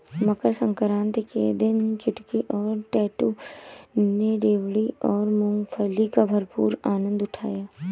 मकर सक्रांति के दिन चुटकी और टैटू ने रेवड़ी और मूंगफली का भरपूर आनंद उठाया